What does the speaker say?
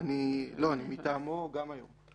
אני מטעמו גם היום.